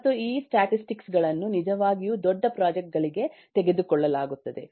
ಮತ್ತು ಈ ಸ್ಟ್ಯಾಟಿಸ್ಟಿಕ್ಸ್ ಗಳನ್ನು ನಿಜವಾಗಿಯೂ ದೊಡ್ಡ ಪ್ರಾಜೆಕ್ಟ್ ಗಳಿಗೆ ತೆಗೆದುಕೊಳ್ಳಲಾಗುತ್ತದೆ